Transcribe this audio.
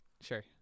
Sure